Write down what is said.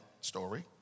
story